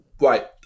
right